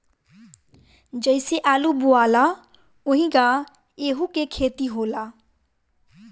जइसे आलू बोआला ओहिंगा एहू के खेती होला